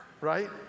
right